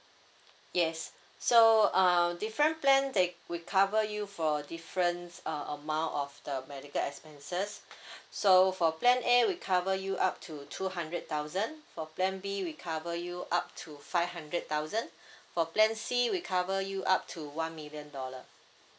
yes so uh different plan th~ we cover you for difference uh amount of the medical expenses so for plan A we cover you up to two hundred thousand for plan B we cover you up to five hundred thousand for plan C we cover you up to one million dollar